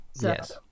yes